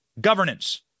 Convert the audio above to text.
Governance